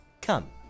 Come